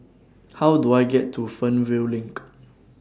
How Do I get to Fernvale LINK